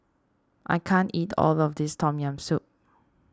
I can't eat all of this Tom Yam Soup